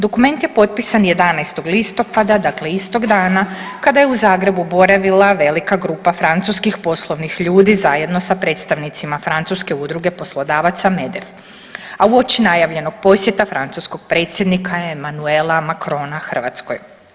Dokument je potpisan 11. listopada dakle istog dana kada je u Zagrebu boravila velika grupa francuskih poslovnih ljudi zajedno sa predstavnicima Francuske udruge poslodavaca MEDEF, a uoči najavljenog posjeta francuskog predsjednika Emmanuela Macrona Hrvatskoj.